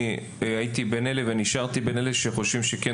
הייתי בין אלה ונשארתי בין אלה שחושבים שכן